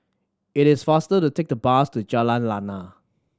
it is faster to take the bus to Jalan Lana